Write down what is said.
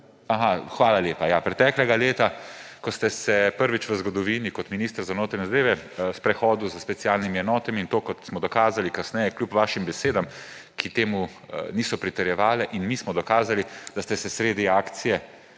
Aha, hvala lepa, ja, preteklega leta, ko ste se prvič v zgodovini kot minister za notranje zadeve sprehodili s specialnimi enotami, in to, kot smo dokazali kasneje, kljub vašim besedam, ki temu niso pritrjevale, in mi smo dokazali, da ste sredi akcije,